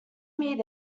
meet